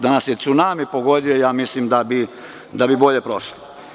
Da nas je cunami pogodio, mislim da bi bolje prošli.